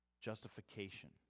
justification